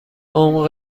عمق